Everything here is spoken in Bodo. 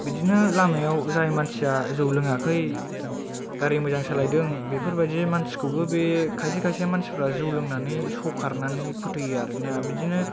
बिदिनो लामायाव जाय मानसिया जौ लोङाखै गारि मोजां सालायदों बेफोरबादि मानसि खौबो बे खायसे खायसे मानसिफ्रा जौलोंनानै सौखारनानै फोथैयो आरोना बिदिनो